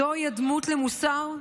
זו דמות המוסר?